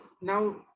now